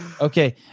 Okay